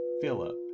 Philip